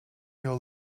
your